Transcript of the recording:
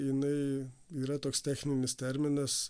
jinai yra toks techninis terminas